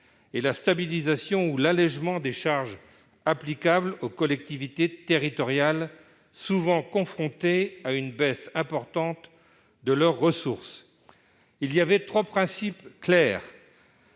et la stabilisation ou l'allégement des charges applicables aux collectivités territoriales, lesquelles sont souvent confrontées à une baisse importante de leurs ressources. Trois principes clairs